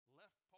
left